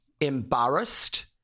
embarrassed